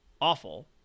awful